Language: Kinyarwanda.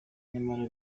nyamara